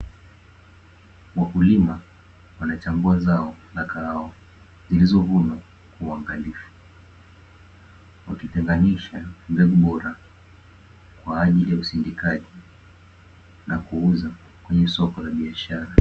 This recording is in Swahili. Wakulima wanachambua zao la kahawa zilizovunwa kwa uangalifu, wakitenganisha mbegu bora kwa ajili ya usindikaji na kuuza kwenye soko la biashara.